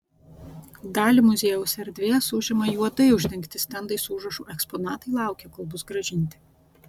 dalį muziejaus erdvės užima juodai uždengti stendai su užrašu eksponatai laukia kol bus grąžinti